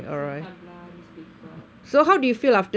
so tabla newspaper